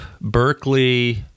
Berkeley